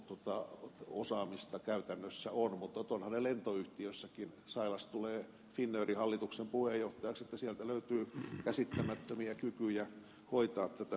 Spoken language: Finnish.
mutta ovathan ne lentoyhtiössäkin sailas tulee finnairin hallituksen puheenjohtajaksi niin että sieltä löytyy käsittämättömiä kykyjä hoitaa tätä hyvin vaikeata alaa